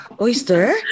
Oyster